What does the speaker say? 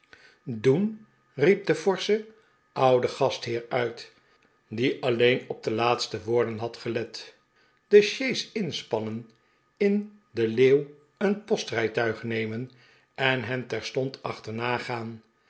riep de forsche oude gastheer uit die alleen op de laatste woorden had gelet de sjees inspannen in de leeuw een postrijtuig nemen en hen terstond achternagaan